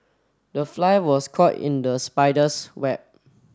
the fly was caught in the spider's web